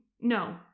No